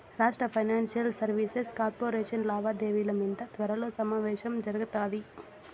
రాష్ట్ర financial services corporation లావాదేవిల మింద త్వరలో సమావేశం జరగతాది